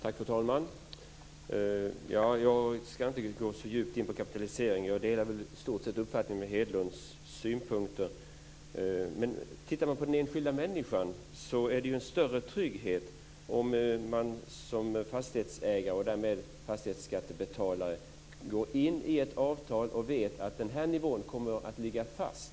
Fru talman! Jag ska inte gå så djupt in på kapitaliseringen. Jag delar i stort sett Hedlunds uppfattning och synpunkter. Om man tittar på den enskilda människan ser man att det är en större trygghet om man som fastighetsägare och därmed fastighetsskattebetalare går in i ett avtal och vet att en viss nivå kommer att ligga fast.